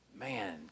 Man